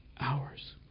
hours